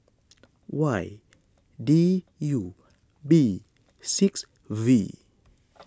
Y D U B six V